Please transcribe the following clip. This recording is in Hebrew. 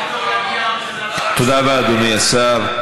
תודה רבה, אדוני השר.